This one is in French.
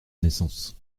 naissance